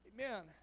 Amen